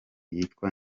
yitwa